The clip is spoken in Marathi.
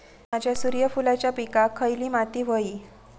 माझ्या सूर्यफुलाच्या पिकाक खयली माती व्हयी?